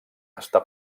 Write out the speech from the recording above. està